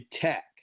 Tech